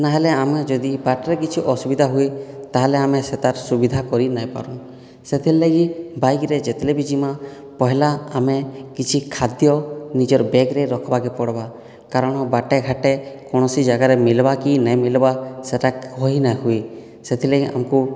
ନାଇହେଲେ ଆମେ ଯଦି ବାଟରେ କିଛି ଅସୁବିଧା ହୁଏ ତାହେଲେ ଆମେ ସେତାର ସୁବିଧା କରି ନାଇ ପାରୁନ୍ ସେଥିର୍ଲାଗି ବାଇକରେ ଯେତେବେଲେ ବି ଯିମା ପହେଲା ଆମେ କିଛି ଖାଦ୍ୟ ନିଜର ବେଗ୍ରେ ରଖ୍ବାକେ ପଡ଼୍ବା କାରଣ ବାଟେ ଘାଟେ କୌଣସି ଜାଗାରେ ମିଲ୍ବାକି ନାଇଁ ମିଲବା ସେଟା କହି ନାଇଁ ହୁଏ ସେଥିରଲାଗି ଆମକୁ